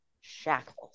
shackles